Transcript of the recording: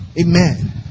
Amen